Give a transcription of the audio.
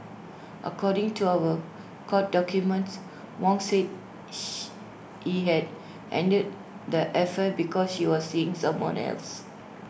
according to our court documents Wong said she he had ended the affair because she was seeing someone else